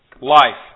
life